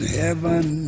heaven